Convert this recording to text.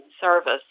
service